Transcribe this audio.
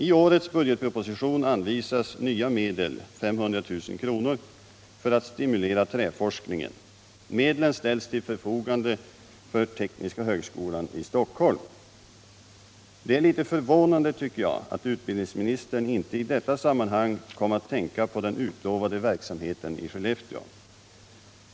I årets budgetproposition anvisas som nya medel 500 000 för att stimulera träforskningen. Medlen ställs till förfogande för Tekniska högskolan i Stockholm. Det är litet förvånande, tycker jag, att utbildningsministern inte i detta sammanhang kom att tänka på den utlovade verksamheten i Skellefteå.